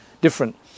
different